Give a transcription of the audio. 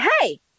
hey